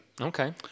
Okay